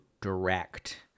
direct